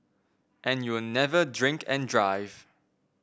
and you'll never drink and drive